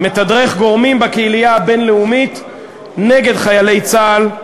מתדרך גורמים בקהילייה הבין-לאומית נגד חיילי צה"ל.